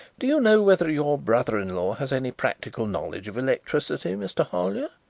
do you know whether your brother-in-law has any practical knowledge of electricity, mr. hollyer?